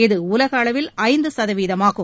இது உலகஅளவில் ஐந்துசதவீதமாகும்